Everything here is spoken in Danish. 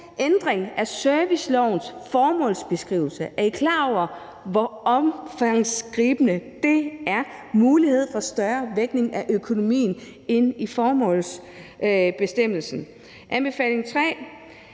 »Ændring af servicelovens formålsbestemmelse«. Er I klar over, hvor omsiggribende det er med en mulighed for en større vægtning af økonomien end i formålsbestemmelsen? I anbefaling 3